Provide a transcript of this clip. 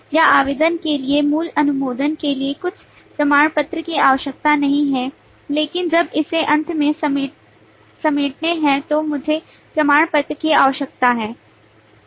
या आवेदन के लिए मूल अनुमोदन के लिए मुझे प्रमाण पत्र की आवश्यकता नहीं है लेकिन जब इसे अंत में समेटने है तो मुझे प्रमाण पत्र की आवश्यकता है